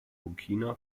burkina